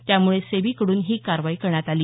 त्यामुळे सेबीकडून ही कारवाई करण्यात आली